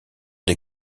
des